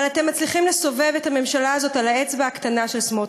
אבל אתם מצליחים לסובב את הממשלה הזאת על האצבע הקטנה של סמוטריץ.